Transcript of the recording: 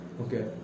Okay